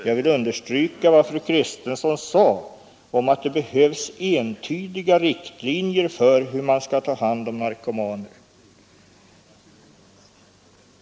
Jag vill understryka det fru Kristensson sade om att det behövs entydiga riktlinjer för hur man skall ta hand om narkomaner.